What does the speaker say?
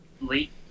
late